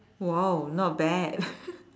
!wow! not bad